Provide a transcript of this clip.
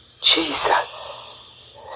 Jesus